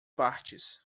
partes